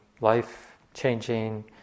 life-changing